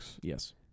Yes